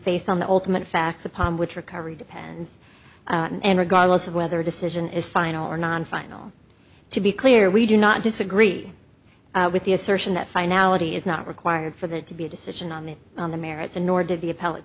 based on the ultimate facts upon which recovery depends and regardless of whether a decision is final or non final to be clear we do not disagree with the assertion that finality is not required for that to be a decision on the on the merits and nor did